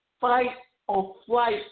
fight-or-flight